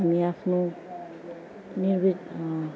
हामी आफ्नो कुनै रि